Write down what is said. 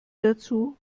dazu